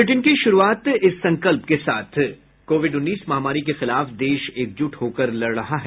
bulletin की शुरूआत इस संकल्प के साथ कोविड उन्नीस महामारी के खिलाफ देश एकजुट होकर लड़ रहा है